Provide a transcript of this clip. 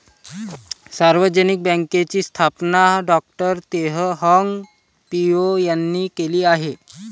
सार्वजनिक बँकेची स्थापना डॉ तेह हाँग पिओ यांनी केली आहे